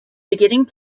beginning